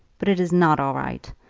but it is not all right.